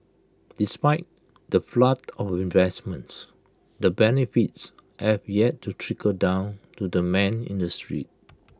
despite the flood of investments the benefits have yet to trickle down to the man in the street